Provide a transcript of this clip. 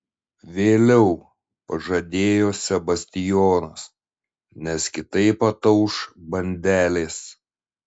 vėliau pažadėjo sebastijonas nes kitaip atauš bandelės